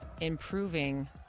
improving